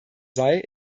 sei